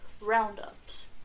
roundups